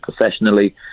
professionally